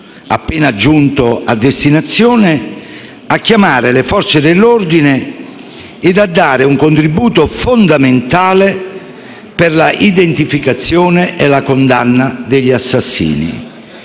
appena giunto a destinazione, a chiamare le forze dell'ordine e a dare un contributo fondamentale per l'identificazione e la condanna degli assassini.